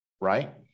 right